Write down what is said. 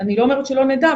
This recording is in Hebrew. אני לא אומרת שלא נדע,